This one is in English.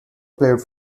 played